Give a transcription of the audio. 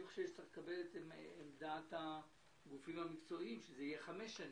אני חושב שצריך לקבל את עמדת הגופים המקצועיים - חמש שנים.